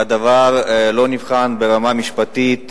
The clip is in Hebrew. והדבר לא נבחן ברמה משפטית,